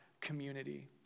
community